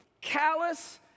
callous